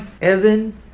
Evan